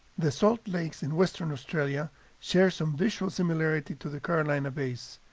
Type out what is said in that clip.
the salt lakes in western australia share some visual similarity to the carolina bays.